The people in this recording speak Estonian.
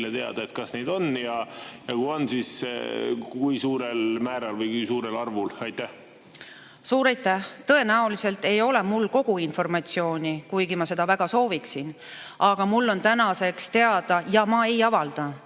teile teada? Kas neid on ja kui on, siis kui suurel määral või kui suurel arvul? Suur aitäh! Tõenäoliselt ei ole mul kogu informatsiooni, kuigi ma seda väga sooviksin, aga mulle on tänaseks teada – ja ma ei avalda